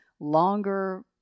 longer